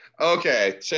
Okay